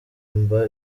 mba